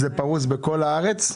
זה פרוס בכל הארץ?